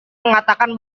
mengatakan